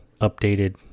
updated